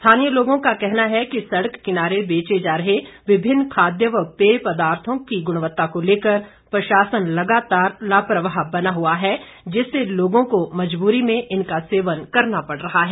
स्थानीय लोगों को कहना है कि सड़क किनारे बेचे जा रहे विभिन्न खाद्य व पेय पदार्थों की गुणवत्ता को लेकर प्रशासन लगातार लापरवाह बना हुआ है जिससे लोगों को मजबूरी में इनका सेवन करना पड़ रहा है